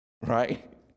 right